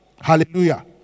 Hallelujah